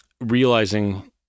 realizing